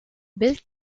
built